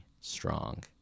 strong